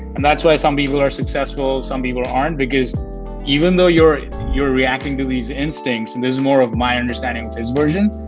and that's why some people are successful, some people aren't because even though you're, you're reacting to these instincts and there's more of my understanding of this version.